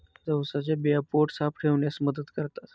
जवसाच्या बिया पोट साफ ठेवण्यास मदत करतात